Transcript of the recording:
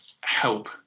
help